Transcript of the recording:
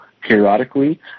periodically